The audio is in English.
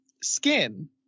skin